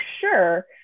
sure